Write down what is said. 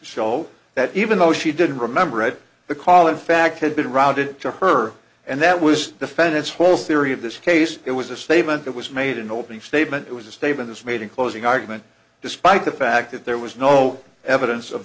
show that even though she didn't remember it the call in fact had been routed to her and that was defend its whole theory of this case it was a statement that was made in the opening statement it was the statements made in closing argument despite the fact that there was no evidence of